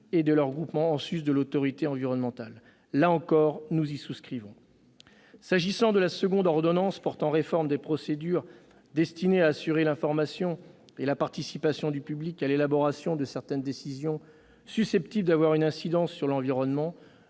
et de leurs groupements, en sus de l'autorité environnementale. Là encore, nous y souscrivons. S'agissant de la seconde ordonnance, portant réforme des procédures destinées à assurer l'information et la participation du public à l'élaboration de certaines décisions susceptibles d'avoir une incidence sur l'environnement,